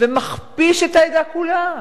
מכפיש את העדה כולה,